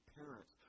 parents